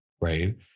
right